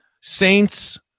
Saints